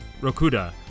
Rokuda